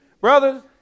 Brothers